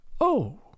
Oh